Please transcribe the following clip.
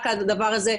רק על הדבר הזה,